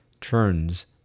turns